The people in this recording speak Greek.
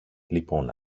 λοιπόν